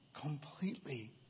completely